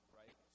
right